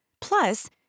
Plus